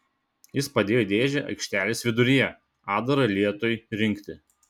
jis padėjo dėžę aikštelės viduryje atdarą lietui rinkti